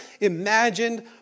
imagined